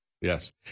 Yes